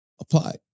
apply